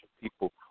people